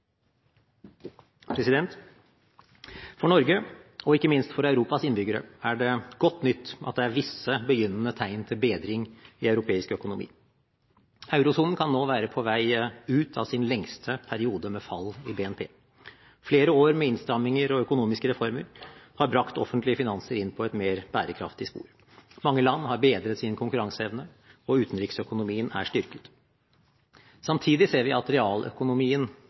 For Norge og ikke minst for Europas innbyggere er det godt nytt at det er visse, begynnende tegn til bedring i europeisk økonomi. Eurosonen kan nå være på vei ut av sin lengste periode med fall i BNP. Flere år med innstramminger og økonomiske reformer har brakt offentlige finanser inn på et mer bærekraftig spor. Mange land har bedret sin konkurranseevne, og utenriksøkonomien er styrket. Samtidig ser vi at realøkonomien